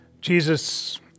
Jesus